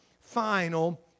final